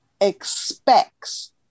expects